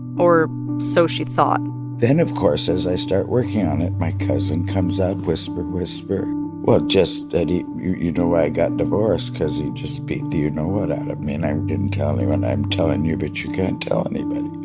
or so she thought then, of course, as i start working on it, my cousin comes up whisper, whisper well, just that he you know why i got divorced? cause he just beat the you-know-what out of me. and i didn't tell anyone. i'm telling you, but you can't tell anybody.